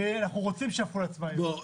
ואנחנו רוצים שיהפכו לעצמאיות לא,